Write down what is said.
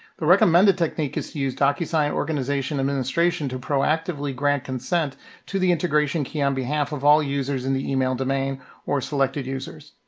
the recommended technique is use docusign organization administration to proactively grant consent to the integration key on behalf of all users in the email domain or selected users.